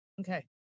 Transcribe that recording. Okay